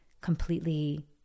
completely